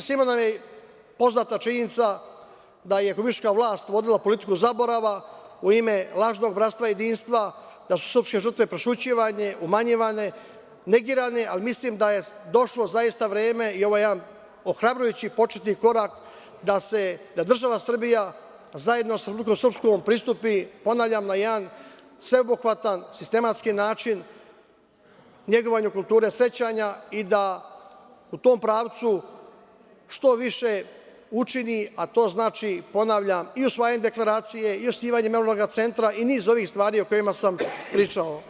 Svima nam je poznata činjenica da je republička vlast vodila politiku zaborava u ime lažnog bratstva-jedinstva, da su srpske žrtve prećutkivane, umanjivane, negirane, ali mislim da je zaista došlo vreme i ovo je jedan ohrabrujući početni korak da država Srbija, zajedno sa Republikom Srpskom, pristupi, ponavljam, na jedan sveobuhvatan, sistematski način, negovanju kulture sećanja i da u tom pravcu što više učini, a to znači, ponavljam, i usvajanjem deklaracije i osnivanjem memorijalnog centra i niz ovih stvari o kojima sam pričao.